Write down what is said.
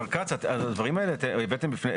מר כץ, הדברים האלה אתם הבאתם לפני?